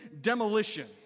demolition